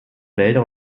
wälder